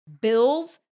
Bills